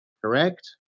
Correct